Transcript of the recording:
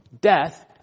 death